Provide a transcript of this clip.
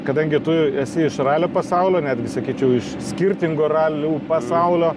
kadangi tu esi iš ralio pasaulio netgi sakyčiau iš skirtingų ralių pasaulio